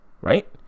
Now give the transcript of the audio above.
Right